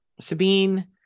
sabine